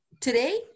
today